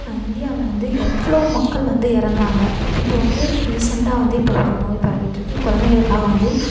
இந்தியாவில் வந்து எவ்வளோ மக்கள் வந்து இறந்தாங்க இப்போ வந்து ரீசெண்ட்டாக வந்து இப்போ ஒரு நோய் பரவிட்டிருக்கு குழந்தைங்களுக்காக வந்து